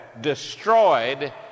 destroyed